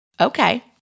Okay